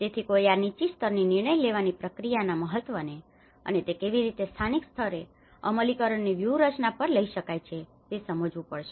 તેથીકોઈએ આ નીતિસ્તરની નિર્ણય લેવાની પ્રક્રિયા ના મહત્વને અને તે કેવી રીતે સ્થાનિક સ્તરે અમલીકરણની વ્યૂહરચના પર લઈ શકાય છે તે સમજવું પડશે